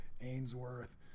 Ainsworth